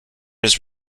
his